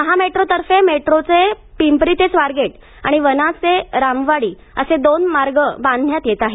महामेट्रोतर्फे मेट्रोचे पिंपरी ते स्वारगेट आणि वनाज ते रामवाडी असे दोन मार्ग बांधण्यात येत आहेत